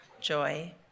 joy